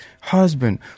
husband